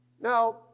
Now